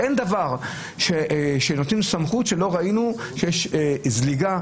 כשנותנים סמכות יש זליגה